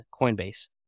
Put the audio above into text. Coinbase